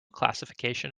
classification